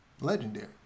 legendary